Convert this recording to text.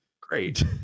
Great